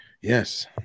Yes